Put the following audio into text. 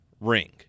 ring